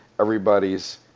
everybody's